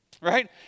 right